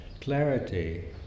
clarity